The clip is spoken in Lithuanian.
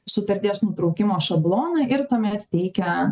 sutarties nutraukimo šabloną ir tuomet teikia